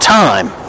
time